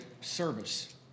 service